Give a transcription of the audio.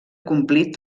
complir